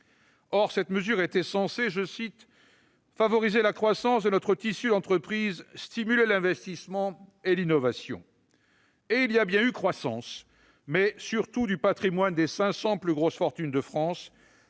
Or cette mesure était censée « favoriser la croissance de notre tissu d'entreprises, stimuler l'investissement et l'innovation ».